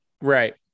Right